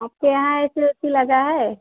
आपके यहाँ A C ओसी लगा है